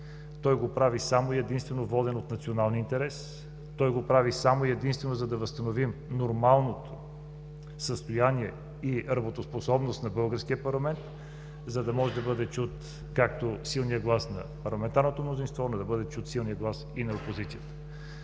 Той го прави само и единствено воден от националния интерес, той го прави само и единствено, за да възстановим нормалното състояние и работоспособност на българския парламент, за да може да бъде чут както силния глас на парламентарното мнозинство, така и на опозицията.